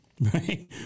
right